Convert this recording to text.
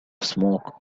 smoke